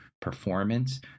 performance